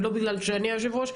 ולא בגלל שאני היושב-ראש.